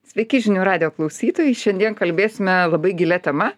sveiki žinių radijo klausytojai šiandien kalbėsime labai gilia tema